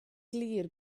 glir